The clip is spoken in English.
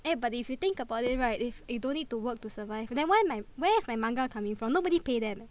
eh but if you think about it right if you don't need to work to survive then why my where is my manga coming from nobody pay them eh